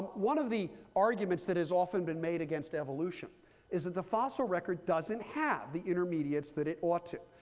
one of the arguments that has often been made against evolution is that the fossil record doesn't have the intermediates that it ought to.